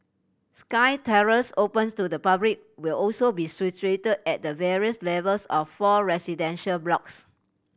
sky terraces open to the public will also be situated at the various levels of four residential blocks